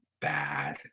bad